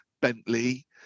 Bentley